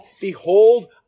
Behold